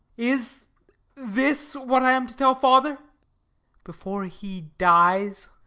is this what i am to tell father before he dies?